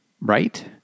Right